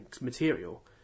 material